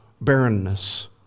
barrenness